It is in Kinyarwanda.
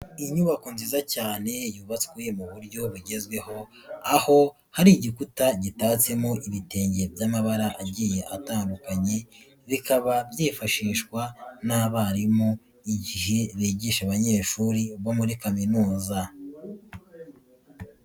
Inyubako nziza cyane yubatswe mu buryo bugezweho, aho hari igikuta gitatsemo ibitenge by'amabara agiye atandukanye, bikaba byifashishwa n'abarimu, igihe bigisha abanyeshuri bo muri kaminuza.